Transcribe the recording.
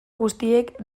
guztiek